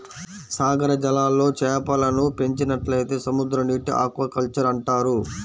సాగర జలాల్లో చేపలను పెంచినట్లయితే సముద్రనీటి ఆక్వాకల్చర్ అంటారు